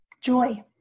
Joy